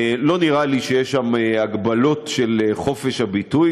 לא נראה לי שיש שם הגבלות של חופש הביטוי,